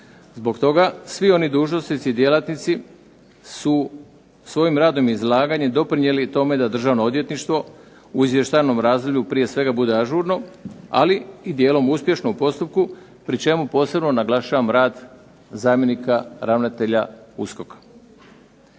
Zbog toga svi oni dužnosnici i djelatnici su svojim radom i izlaganjem doprinijeli tome da Državno odvjetništvo u izvještajnom razdoblju prije svega bude ažurno, ali i dijelom uspješno u postupku pri čemu posebno naglašavam rad zamjenika ravnatelja USKOK-a.